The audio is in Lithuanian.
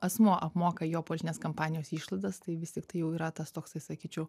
asmuo apmoka jo politinės kampanijos išlaidas tai vis tiktai jau yra tas toksai sakyčiau